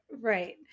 right